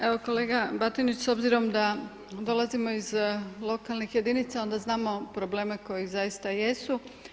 Evo kolega Batinić, s obzirom da dolazimo iz lokalnih jedinica onda znamo probleme koji zaista jesu.